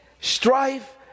strife